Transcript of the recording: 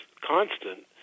constant